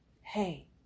hey